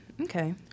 Okay